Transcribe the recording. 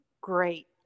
great